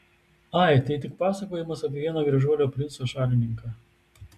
ai tai tik pasakojimas apie vieną gražuolio princo šalininką